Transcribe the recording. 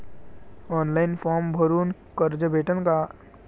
Online form भरून कर्ज भेटन का?